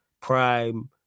Prime